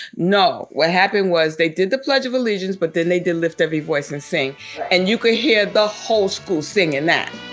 no. what happened was they did the pledge of allegiance, but then they did lift ev'ry voice and sing. right and you could hear the whole school singing that